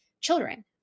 children